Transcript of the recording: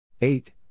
Eight